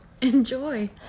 enjoy